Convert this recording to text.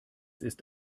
ist